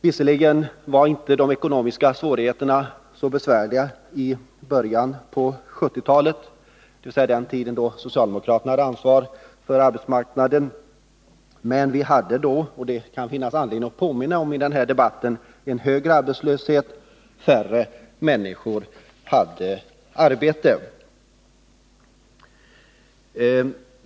Visserligen var inte de ekonomiska svårigheterna så stora i början på 1970-talet, dvs. den tid då socialdemokraterna hade ansvaret för arbetsmarknaden, men vi hade då — och det kan finnas anledning att påminna om det i denna debatt — högre arbetslöshet och färre människor i arbete.